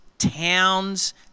towns